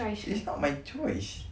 it's not my choice